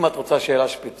אם את רוצה שאלה ספציפית,